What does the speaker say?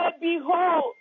behold